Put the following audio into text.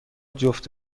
جفت